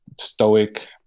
stoic